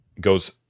goes –